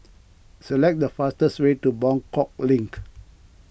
select the fastest way to Buangkok Link